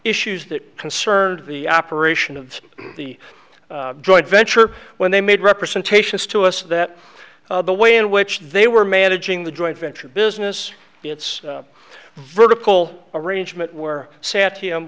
issues that concerned the operation of the joint venture when they made representations to us that the way in which they were managing the joint venture business it's a vertical arrangement where sat him